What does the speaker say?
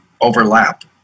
overlap